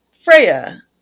Freya